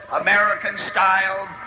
American-style